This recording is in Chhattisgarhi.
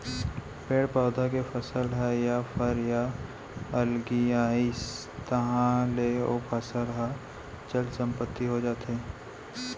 पेड़ पउधा ले फसल ह या फर ह अलगियाइस तहाँ ले ओ फसल ह चल संपत्ति हो जाथे